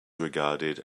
regarded